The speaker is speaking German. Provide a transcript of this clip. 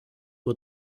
uhr